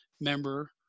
member